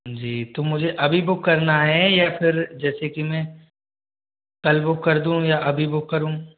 जी तो मुझे अभी बुक करना है या फिर जैसे कि मैं कल बुक कर दूँ या अभी बुक करूँ